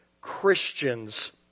Christians